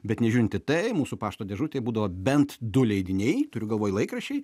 bet nežiūrint į tai mūsų pašto dėžutėj būdavo bent du leidiniai turiu galvoj laikraščiai